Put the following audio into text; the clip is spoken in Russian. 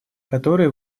который